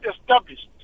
established